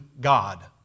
God